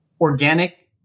organic